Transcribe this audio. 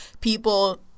people